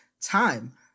time